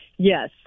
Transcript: Yes